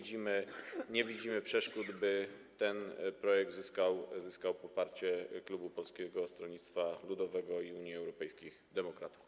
Dlatego nie widzimy przeszkód, by ten projekt zyskał poparcie klubu Polskiego Stronnictwa Ludowego - Unii Europejskich Demokratów.